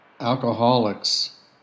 alcoholics